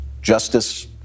justice